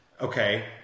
okay